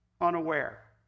unaware